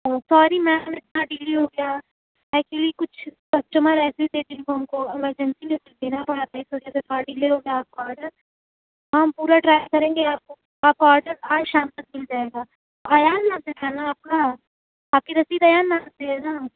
sorry ma'am اتنا دیر ہو گیا ایکچولی کچھ کسٹمر ایسے تھے جن کو ہم کو ایمرجنسی میں دینا پڑا تھا یہ سوچے تھے خالی لے لو آپ کا آڈر ہم پورا ٹرائی کریں گے آپ کا آڈر آج شام تک مل جائے گا ایان نام سے تھا نا آپ كا آپ کی رسيد ايان نام سے ہے نا